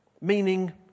meaning